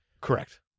Correct